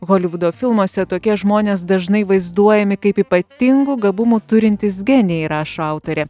holivudo filmuose tokie žmonės dažnai vaizduojami kaip ypatingų gabumų turintys genijai rašo autorė